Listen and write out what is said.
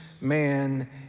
Man